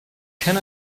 can